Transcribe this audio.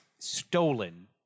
stolen